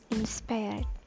Inspired